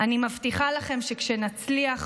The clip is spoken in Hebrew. אני מבטיחה לכם שכשנצליח,